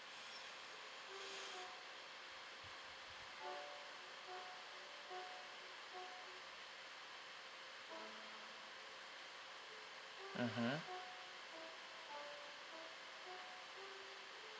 mmhmm